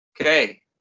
Okay